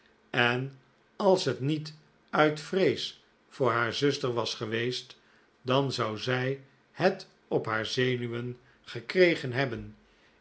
en als het niet uit vrees voor haar zuster was geweest dan zou zij het op haar zenuwen gekregen hebben